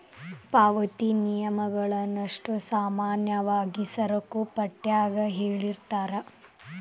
ಪಾವತಿ ನಿಯಮಗಳನ್ನಷ್ಟೋ ಸಾಮಾನ್ಯವಾಗಿ ಸರಕುಪಟ್ಯಾಗ ಹೇಳಿರ್ತಾರ